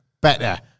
better